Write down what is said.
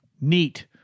Neat